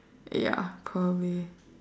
ya probably